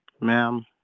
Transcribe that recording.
Ma'am